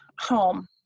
home